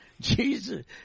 Jesus